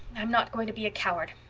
i'm not going to be a coward.